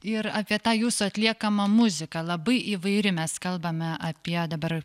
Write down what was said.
ir apie tą jūsų atliekamą muziką labai įvairi mes kalbame apie dabar